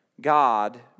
God